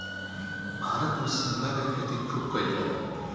भारत में सिंघाड़ा के खेती खूब कईल जाला